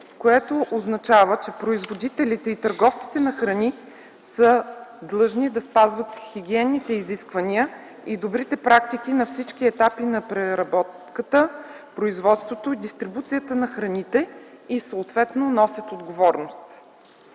което означава, че производителите и търговците на храни са длъжни да спазват хигиенните изисквания и добрите практики на всички етапи на преработката, производството, дистрибуцията на храните и съответно носят отговорност.